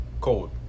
cold